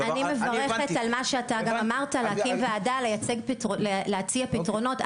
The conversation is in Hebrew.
אני מברכת על מה שאתה גם אמרת להקים ועדה להציע פתרונות,